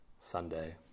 Sunday